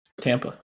Tampa